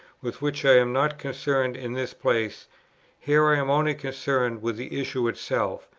with which i am not concerned in this place here i am only concerned with the issue itself,